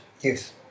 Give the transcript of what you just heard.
Yes